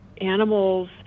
animals